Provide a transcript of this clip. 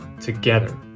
together